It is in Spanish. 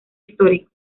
histórico